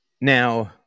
Now